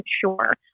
sure